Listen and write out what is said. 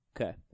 Okay